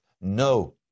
No